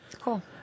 Cool